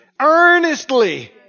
earnestly